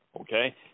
Okay